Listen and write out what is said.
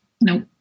no